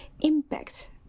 impact